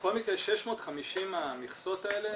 בכל מקרה, 650 המכסות האלה